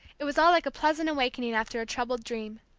it was all like a pleasant awakening after a troubled dream.